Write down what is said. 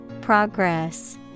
Progress